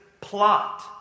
plot